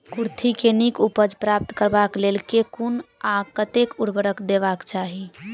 कुर्थी केँ नीक उपज प्राप्त करबाक लेल केँ कुन आ कतेक उर्वरक देबाक चाहि?